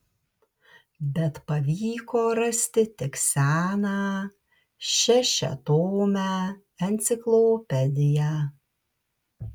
bet pavyko rasti tik seną šešiatomę enciklopediją